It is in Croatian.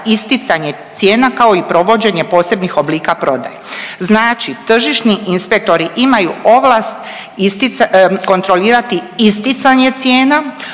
isticanje cijena kao i provođenje posebnih oblika prodaje. Znači tržišni inspektori imaju ovlast kontrolirati isticanje cijena,